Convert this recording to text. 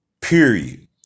period